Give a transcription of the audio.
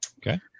Okay